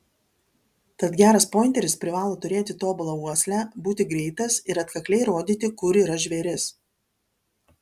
tad geras pointeris privalo turėti tobulą uoslę būti greitas ir atkakliai rodyti kur yra žvėris